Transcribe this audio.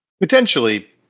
Potentially